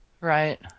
Right